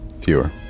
Fewer